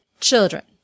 Children